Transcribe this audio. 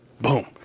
Boom